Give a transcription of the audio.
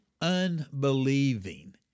unbelieving